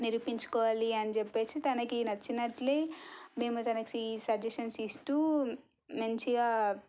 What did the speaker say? నిరూపించుకోవాలి అని చెప్పేసి తనకి నచ్చినట్లే మేము తనకి సజేషన్స్ ఇస్తూ మంచిగా